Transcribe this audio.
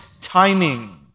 timing